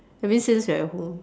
I mean since we are at home